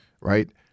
Right